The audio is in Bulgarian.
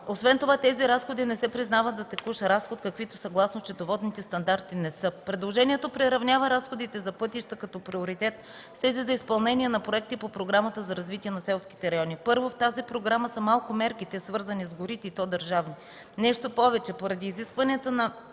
Освен това тези разходи не се признават за текущ, каквито съгласно счетоводните стандарти не са. Предложението приравнява разходите за пътища като приоритет с тези за изпълнение на проекти по Програмата за развитие на селските райони. Първо, в тази програмата са малко мерките, свързани с горите, и то държавни. Нещо повече, поради изискването на